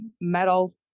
metal